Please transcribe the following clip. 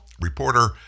reporter